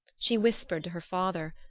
she whispered to her father,